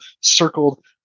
circled